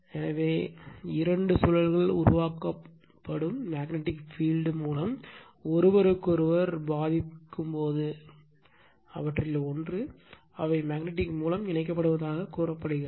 எனவே இரண்டு சுழல்கள் உருவாக்கப்படும் மேக்னட்டிக் பீல்ட் மூலம் ஒருவருக்கொருவர் பாதிக்கும்போது அவற்றில் ஒன்று அவை மேக்னட்டிக் மூலம் இணைக்க படுவதாகக் கூறப்படுகிறது